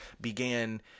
began